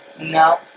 No